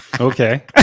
Okay